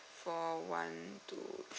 four one two